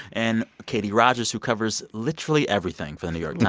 and katie rogers, who covers literally everything for the new york yeah